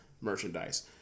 merchandise